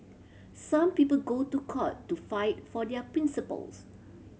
some people go to court to fight for their principles